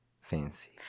Fancy